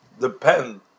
depend